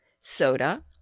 soda